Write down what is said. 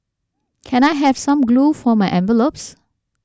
can I have some glue for my envelopes